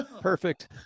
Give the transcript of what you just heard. perfect